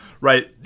right